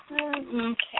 Okay